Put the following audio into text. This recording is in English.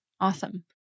Awesome